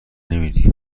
نمیری